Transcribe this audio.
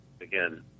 again